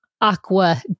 Aqua